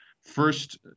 First